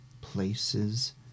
places